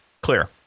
Clear